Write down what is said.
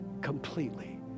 completely